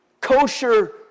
kosher